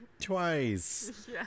twice